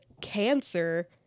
cancer